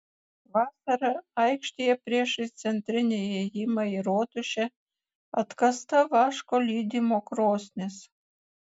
vasarą aikštėje priešais centrinį įėjimą į rotušę atkasta vaško lydymo krosnis